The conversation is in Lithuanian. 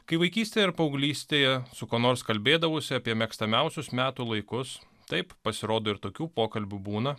kai vaikystėje ar paauglystėje su kuo nors kalbėdavausi apie mėgstamiausius metų laikus taip pasirodo ir tokių pokalbių būna